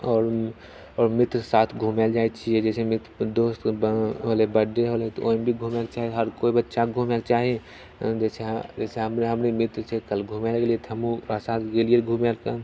आओर आओर मित्रके साथ घूमै लऽ जाइत छियै जैसे मित्र दोस्तके होलै बर्थडे होलै घूमएके चाही हर केओ बच्चाके घूमएके चाही जैसे जैसे हमरा भी मित्र छै कल घूमए लऽ गेलिए तऽ हमहुँ ओकरा साथ गेलिए घूमए